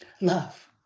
Love